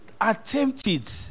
Attempted